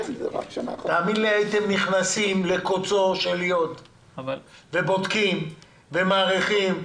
תאמין לי שהייתם נכנסים לקוצו של יוד ובודקים ומעריכים.